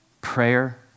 prayer